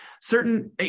Certain